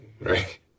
right